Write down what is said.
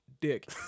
dick